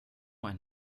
ein